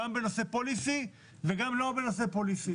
גם בנושא policy וגם לא בנושא policy.